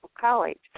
college